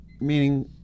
meaning